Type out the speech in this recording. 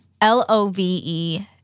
L-O-V-E